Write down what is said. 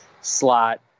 slot